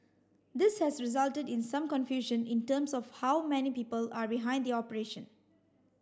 this has resulted in some confusion in terms of how many people are behind the operation